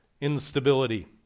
instability